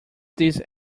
this